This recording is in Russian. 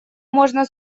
можно